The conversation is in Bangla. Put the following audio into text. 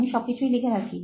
আমি সবকিছুই লিখে রাখি